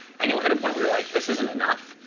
and you'll hit a point where you're like, this isn't enough,